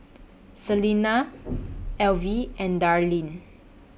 Salina Elvie and Darlene